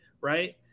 right